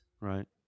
Right